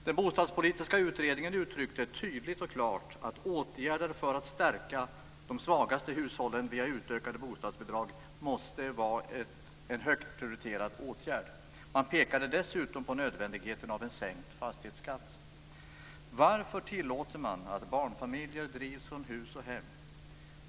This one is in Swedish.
Den bostadspolitiska utredningen uttryckte tydligt och klart att åtgärder för att stärka de svagaste hushållen via utökade bostadsbidrag måste vara en högt prioriterad åtgärd. Man pekade dessutom på nödvändigheten av en sänkt fastighetsskatt. Varför tillåter man att barnfamiljer drivs från hus och hem?